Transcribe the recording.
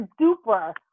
super